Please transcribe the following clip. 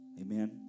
Amen